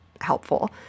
helpful